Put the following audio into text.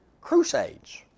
crusades